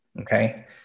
Okay